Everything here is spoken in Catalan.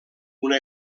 una